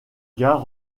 gars